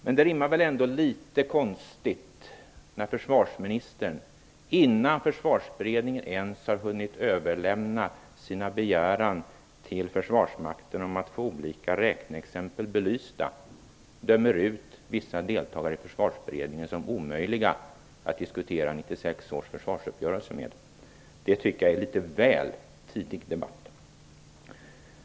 Men det rimmar väl ändå litet illa när försvarsministern, innan Försvarsberedningen ens har hunnit överlämna sin begäran till Försvarsmakten om att få olika räkneexempel belysta, dömer ut vissa deltagare i Försvarsberedningen som omöjliga att diskutera 1996 års försvarsuppgörelse med. Jag tycker att den debatten kommer litet väl tidigt.